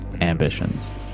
Ambitions